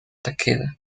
takeda